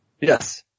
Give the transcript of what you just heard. Yes